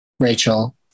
Rachel